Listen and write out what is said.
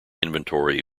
inventory